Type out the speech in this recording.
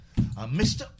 Mr